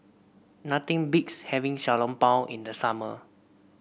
nothing beats having Xiao Long Bao in the summer